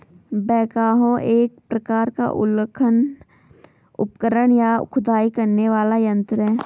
backhoe एक प्रकार का उत्खनन उपकरण, या खुदाई करने वाला यंत्र है